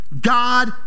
God